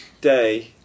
day